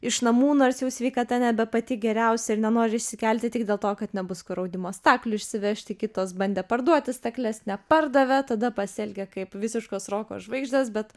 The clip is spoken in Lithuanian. iš namų nors jau sveikata nebe pati geriausia ir nenori išsikelti tik dėl to kad nebus kur audimo staklių išsivežti kitos bandė parduoti stakles nepardavė tada pasielgė kaip visiškos roko žvaigždės bet